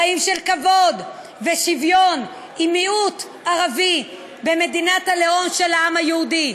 חיים של כבוד ושוויון עם מיעוט ערבי במדינת הלאום של העם היהודי.